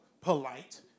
polite